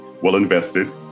well-invested